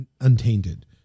untainted